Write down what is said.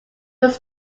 was